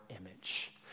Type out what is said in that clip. image